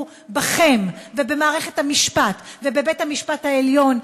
בכם ובמערכת המשפט ובבית-המשפט העליון,